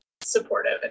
supportive